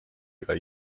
ega